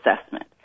assessment